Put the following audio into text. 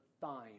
fine